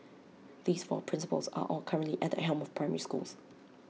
these four principals are all currently at the helm of primary schools